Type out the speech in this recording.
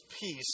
Peace